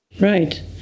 Right